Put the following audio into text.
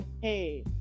hey